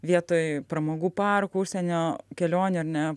vietoj pramogų parkų užsienio kelionių ar ne